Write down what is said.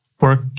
work